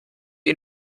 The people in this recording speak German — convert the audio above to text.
ihn